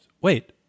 wait